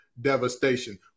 devastation